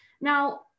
now